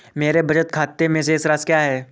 मेरे बचत खाते में शेष राशि क्या है?